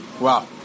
Wow